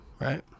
Right